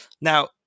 Now